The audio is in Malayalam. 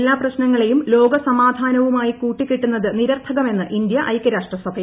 എല്ലാ പ്രശ്നങ്ങളെയും ലോകസമാധാനവുമായി കൂട്ടികെട്ടുന്നത് നിരർത്ഥകമെന്ന് ഇന്ത്യ ഐക്യരാഷ്ട്രസഭയിൽ